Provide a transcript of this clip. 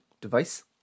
device